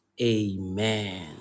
amen